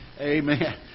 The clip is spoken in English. Amen